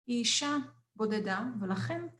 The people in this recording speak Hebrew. אישה בודדה ולכן...